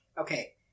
Okay